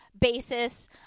basis